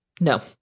No